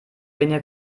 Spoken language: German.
weniger